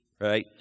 right